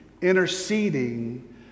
interceding